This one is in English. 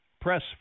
Press